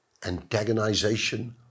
antagonization